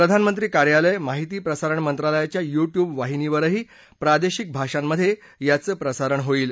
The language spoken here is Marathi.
प्रधानमंत्री कार्यालय माहिती प्रसारण मंत्रालयच्या यु ट्युब वाहिनीवरही प्रादेशिक भाषांमध्ये याचं प्रसारण केलं जाईल